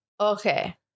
Okay